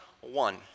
one